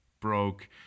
broke